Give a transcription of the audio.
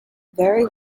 very